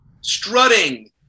strutting